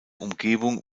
umgebung